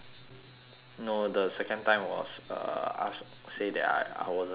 no the second time was uh aft~ say that I I wasn't signed up for it